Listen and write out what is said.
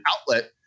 outlet